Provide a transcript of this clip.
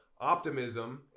optimism